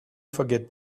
forget